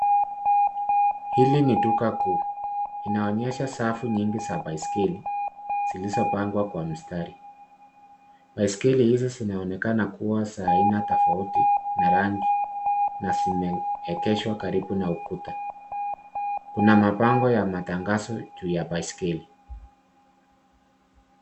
Hili ni duka kuu, inaonyesha safu nyingi za baiskeli zilizo pangwa kwa mistari. Baiskeli hizi zinaonekana kuwa za aina tofauti na rangi na zimeegeshwa karibu na ukuta. Kuna mabango ya matangazo juu ya baiskeli.